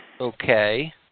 Okay